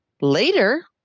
Later